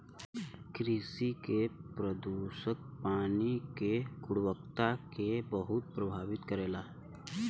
कृषि के प्रदूषक पानी के गुणवत्ता के बहुत प्रभावित करेला